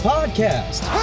Podcast